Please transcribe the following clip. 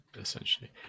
essentially